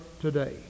today